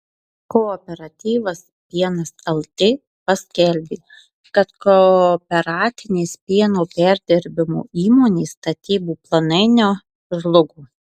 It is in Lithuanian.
kooperatyvas pienas lt paskelbė kad kooperatinės pieno perdirbimo įmonės statybų planai nežlugo